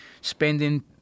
spending